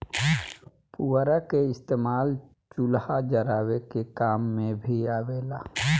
पुअरा के इस्तेमाल चूल्हा जरावे के काम मे भी आवेला